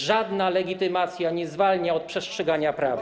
Żadna legitymacja nie zwalnia od przestrzegania prawa.